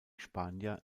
spanier